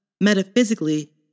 Metaphysically